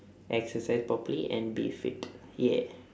exercise properly and be fit !yay!